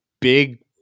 big